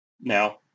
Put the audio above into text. Now